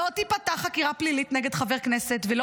לא תיפתח חקירה פלילית נגד חבר כנסת ולא